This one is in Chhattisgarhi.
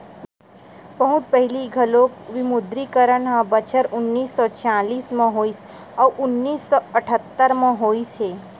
बहुत पहिली घलोक विमुद्रीकरन ह बछर उन्नीस सौ छियालिस म होइस अउ उन्नीस सौ अठत्तर म होइस हे